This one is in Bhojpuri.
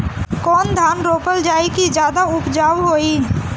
कौन धान रोपल जाई कि ज्यादा उपजाव होई?